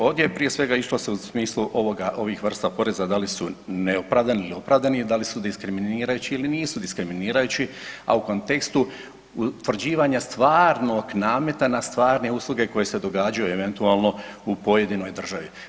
Ovdje se prije svega išlo u smislu ovih vrsta poreza da li su neopravdani ili opravdani i da li su diskriminirajući ili nisu diskriminirajući, a u kontekstu utvrđivanja stvarnog nameta na stvarne usluge koje se događaju eventualno u pojedinoj državi.